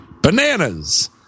bananas